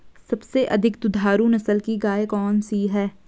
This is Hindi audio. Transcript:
सबसे अधिक दुधारू नस्ल की गाय कौन सी है?